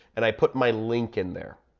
and i put my link in there.